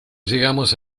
llegamos